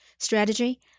strategy